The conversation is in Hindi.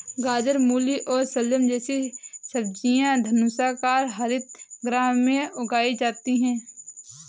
गाजर, मूली और शलजम जैसी सब्जियां धनुषाकार हरित गृह में उगाई जाती हैं